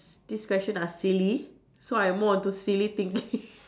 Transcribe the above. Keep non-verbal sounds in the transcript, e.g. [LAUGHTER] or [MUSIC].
s~ this question are silly so I more onto silly thinking [LAUGHS]